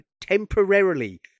Temporarily